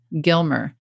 Gilmer